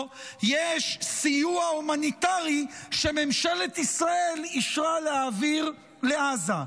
יש סיוע הומניטרי שממשלת ישראל אישרה להעביר לעזה.